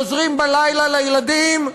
חוזרים בלילה לילדים,